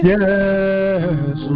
Yes